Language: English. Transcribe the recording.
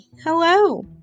hello